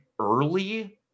early